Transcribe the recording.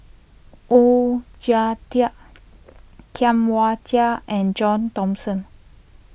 Oon Jin Teik Tam Wai Jia and John Thomson